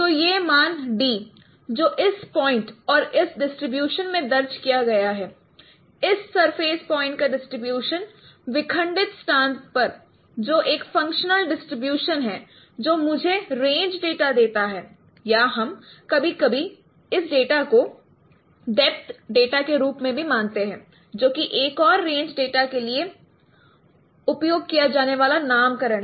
तो यह मान ले d जो इस पॉइंट और इस डिस्ट्रीब्यूशन में दर्ज किया गया है इस सरफेस पॉइंट का डिस्ट्रीब्यूशन विखंडित स्थान पर जो एक फंक्शनल डिस्ट्रीब्यूशन है जो मुझे रेंज डेटा देता है या हम कभी कभी इस डेटा को डेप्थ डेटा के रूप में भी मानते हैं जो कि एक और रेंज डेटा के लिए उपयोग किया जाने वाला नामकरण है